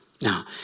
Now